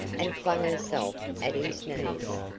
and flung herself at his knees.